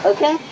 Okay